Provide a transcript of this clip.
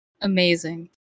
Amazing